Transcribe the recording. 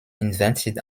invented